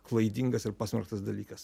klaidingas ir pasmerktas dalykas